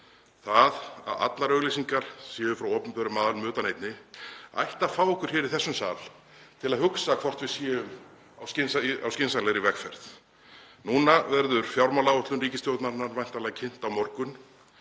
Það að allar auglýsingar séu frá opinberum aðilum nema ein ætti að fá okkur hér í þessum sal til að hugsa hvort við séum á skynsamlegri vegferð. Nú verður fjármálaáætlun ríkisstjórnarinnar væntanlega kynnt á morgun